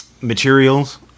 materials